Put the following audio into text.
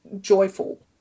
joyful